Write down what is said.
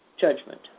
judgment